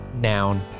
noun